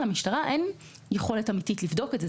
למשטרה אין יכולת אמיתית לבדוק את זה,